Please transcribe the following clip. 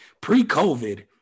pre-covid